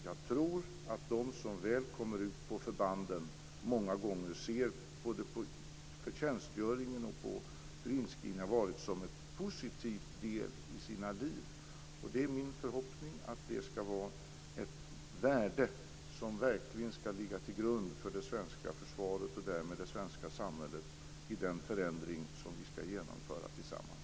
Jag tror att de som väl kommer ut på förbanden många gånger ser på både tjänstgöringen och inskrivningen som en positiv del i sina liv. Det är min förhoppning att det skall vara ett värde som verkligen skall ligga till grund för det svenska försvaret och därmed det svenska samhället i den förändring vi skall genomföra tillsammans.